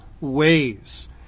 ways